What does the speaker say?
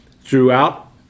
throughout